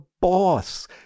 boss